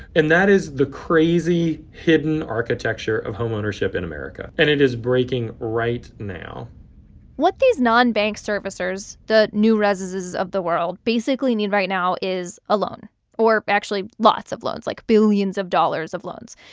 and that is the crazy hidden architecture of homeownership in america. and it is breaking right now what these nonbank servicers, the newrezes of the world, basically need right now is a loan or actually lots of loans, like, billions of dollars of loans.